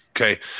Okay